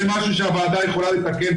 זה משהו שהוועדה יכולה לתקן,